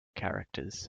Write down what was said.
characters